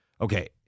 Okay